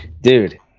dude